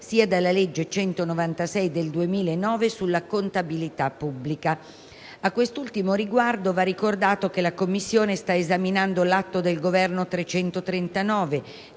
sia dalla legge n. 196 del 2009 sulla contabilità pubblica; - a quest'ultimo riguardo, va ricordato che la Commissione sta esaminando l'atto del Governo n.